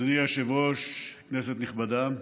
אדוני היושב-ראש, כנסת נכבדה,